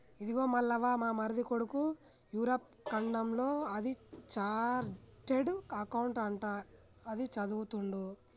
ఇదిగో మల్లవ్వ మా మరిది కొడుకు యూరప్ ఖండంలో అది చార్టెడ్ అకౌంట్ అంట అది చదువుతుండు